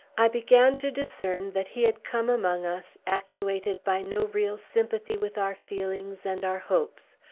i began to discern that he had come among us actuated by no real sympathy with our feelings and our hopes,